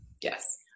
yes